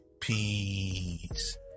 Peace